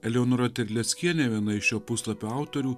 eleonora terleckienė viena iš šio puslapio autorių